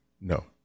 No